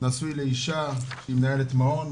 נשוי לאישה שהיא מנהלת מעון,